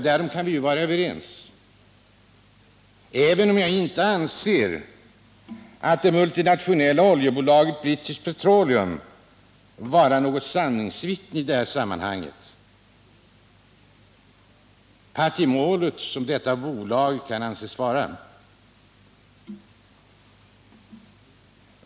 Därom kan vi vara överens, även om jag inte anser det multinationella oljebolaget British Petroleum vara något sanningsvittne i detta sammanhang — part i målet som detta bolag kan anses vara.